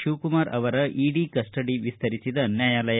ಶಿವಕುಮಾರ ಅವರ ED custody ವಿಸ್ತರಿಸಿದ ನ್ಯಾಯಾಲಯ